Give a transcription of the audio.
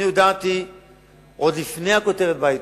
הודעתי עוד לפני הכותרת בעיתון,